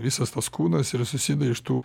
visas tas kūnas ir susideda iš tų